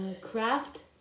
Craft